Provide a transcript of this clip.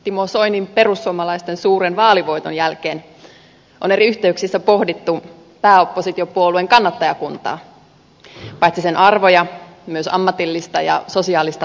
timo soinin perussuomalaisten suuren vaalivoiton jälkeen on eri yhteyksissä pohdittu pääoppositiopuoleen kannattajakuntaa paitsi sen arvoja myös ammatillista ja sosiaalista taustaa